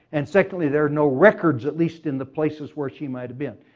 and secondly, there are no records, at least, in the places where she might have been.